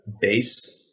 base